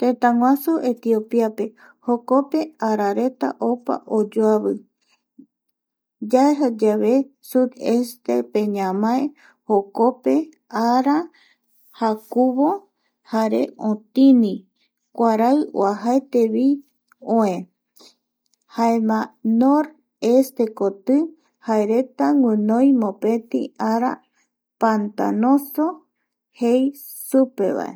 Tëtäguasu Etiopia pe jokope arareta opa oyoavi yajayave subestepe ñamae jokope ara jakuvo jare otini kuarai oajaetevi oe jaema noreste koti jaereta guinoi mopeti ara pantanoso jei supevae